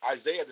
Isaiah